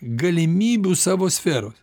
galimybių savo sferos